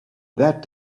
that